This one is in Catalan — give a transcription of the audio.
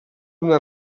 una